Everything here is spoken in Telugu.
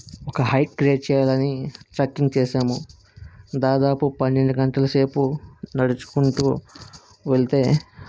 ఒక హైక్ క్రియేట్ చెయ్యాలని సర్చింగ్ చేసాము దాదాపు పన్నెండు గంటల సేపు నడుచుకుంటూ వెళ్తే